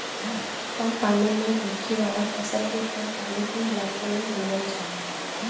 कम पानी में होखे वाला फसल के कम पानी के इलाके में बोवल जाला